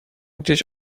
gdzieś